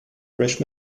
fresh